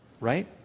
Right